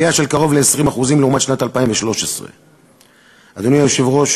עלייה של קרוב ל-20% לעומת שנת 2013. אדוני היושב-ראש,